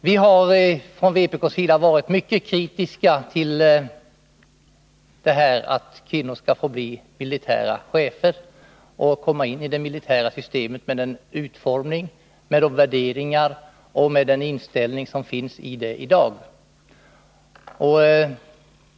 Vi har från vpk:s sida varit mycket kritiska till att kvinnor skall få bli militära chefer och komma in i det militära systemet, med den utformning, de värderingar och den inställning som finns i det i dag.